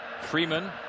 Freeman